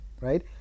right